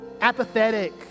apathetic